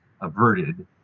averted